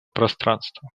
пространства